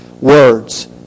words